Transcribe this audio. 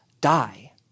die